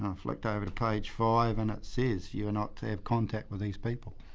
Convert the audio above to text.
um flicked over to page five and it says, you're not to have contact with these people.